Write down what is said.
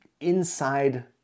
inside